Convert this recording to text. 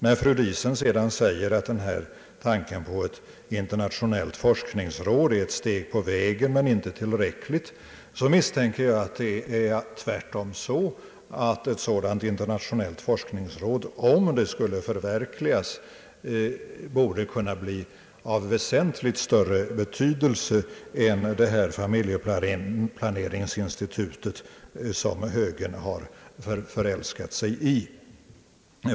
När fru Diesen vidare säger att tanken på ett internationellt forskningsråd är ett steg på vägen men inte tillräckligt, misstänker jag att det tvärtom förhåller sig så att ett sådant internationellt forskningsråd, om det skulle komma till stånd, bör kunna bli av väsentligt större betydelse än detta familjeplaneringsinstitut som högern har förälskat sig i.